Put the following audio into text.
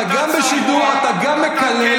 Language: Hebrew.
אתה גם בשידור, אתה גם מקלל.